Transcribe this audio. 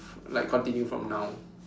like continue from now